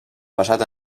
basat